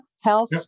Health